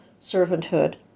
servanthood